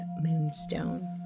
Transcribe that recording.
Moonstone